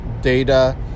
data